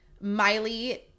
Miley